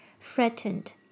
threatened